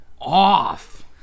off